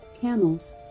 camels